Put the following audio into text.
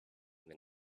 than